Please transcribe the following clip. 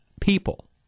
people